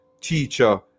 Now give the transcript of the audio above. teacher